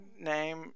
name